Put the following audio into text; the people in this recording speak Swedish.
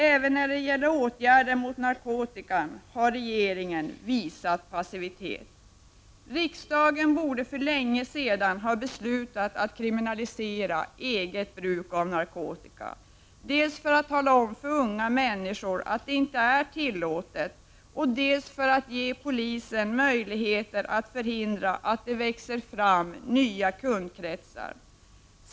Även när det gäller åtgärder mot narkotikan har regeringen visat passivitet. Riksdagen borde för länge sedan ha beslutat att kriminalisera bruk av narkotika, dels för att tala om för unga människor att det inte är tillåtet, dels för att ge polisen möjligheter att förhindra att nya kundkretsar växer fram.